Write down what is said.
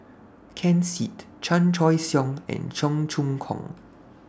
Ken Seet Chan Choy Siong and Cheong Choong Kong